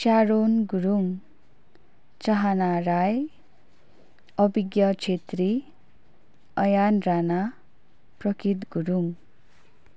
Sharon Gurung Chahana Rai Abhigya Chhetri Ayan Rana Prakrit Gurung